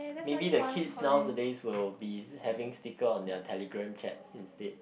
maybe the kids nowadays will be having sticker having on their Telegram chat is it